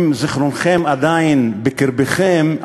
אם זיכרונכם עדיין בקרבכם,